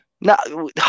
no